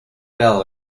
bell